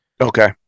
Okay